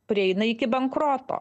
prieina iki bankroto